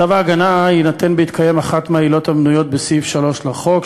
צו ההגנה יינתן בהתקיים אחת מהעילות המנויות בסעיף 3 לחוק,